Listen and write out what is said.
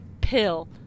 pill